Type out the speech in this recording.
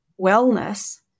wellness